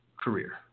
career